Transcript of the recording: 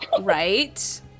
Right